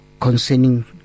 concerning